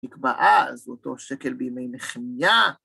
‫התקבעה הזאת או שקל בימי נחמיה.